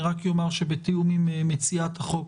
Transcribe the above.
רק אומר שבתיאום עם מציעת החוק